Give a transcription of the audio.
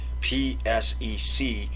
PSEC